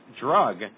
drug